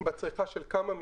בצריכה של כמה מפעלים,